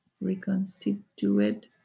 reconstitute